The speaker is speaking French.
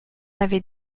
avait